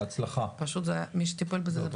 עוד